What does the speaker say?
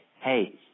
hey